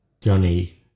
Johnny